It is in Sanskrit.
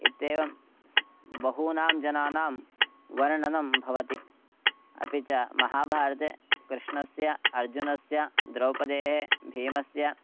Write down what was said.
इत्येवं स् बहूनां जनानां वर्णनं भवति अपि च महाभारते कृष्णस्य अर्जुनस्य द्रौपदेः भीमस्य